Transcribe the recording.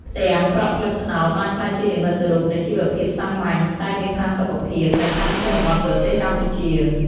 ផ្ទះប្រក់ស្លឹកត្នោតបានក្លាយជានិមិត្តរូបនៃជីវភាពសាមញ្ញតែមានផាសុកភាព នៅតាមជនបទប្រទេសកម្ពុជា។